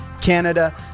Canada